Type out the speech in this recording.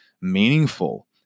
meaningful